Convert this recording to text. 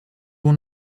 will